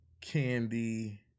Candy